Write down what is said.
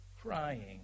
crying